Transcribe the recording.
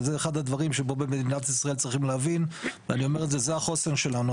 וזה אחד הדברים שבמדינת ישראל צריכים להבין וזה החוסן שלנו.